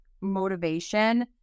motivation